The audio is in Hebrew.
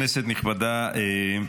כנסת נכבדה,